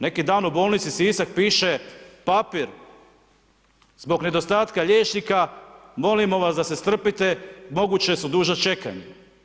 Neki dan u bolnici Sisak piše papir zbog nedostatka liječnika molimo vas da se strpite moguća su duža čekanja.